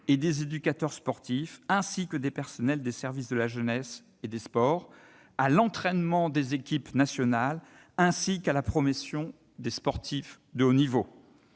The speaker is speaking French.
et des éducateurs sportifs ainsi que des personnels des services de la jeunesse et des sports ; à l'entraînement des équipes nationales ainsi qu'à la promotion des sportifs de haut niveau.